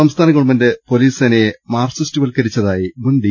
സംസ്ഥാന government police സേനയെ മാർക്സിസ്റ്റ്വൽക്ക രിച്ചതായി മുൻ ഡി